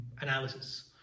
analysis